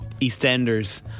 EastEnders